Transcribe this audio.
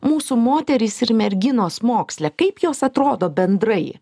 mūsų moterys ir merginos moksle kaip jos atrodo bendrai